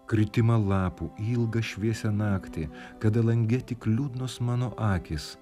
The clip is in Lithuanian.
kritimą lapų ilgą šviesią naktį kada lange tik liūdnos mano akys